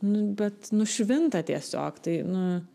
nu bet nušvinta tiesiog tai nu